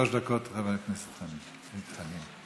שלוש דקות, חבר הכנסת דב חנין.